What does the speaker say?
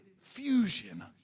fusion